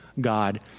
God